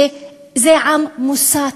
שזה עם מוסת.